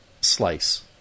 slice